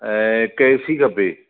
ऐं हिकु एसी खपे